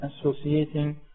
associating